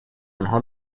آنها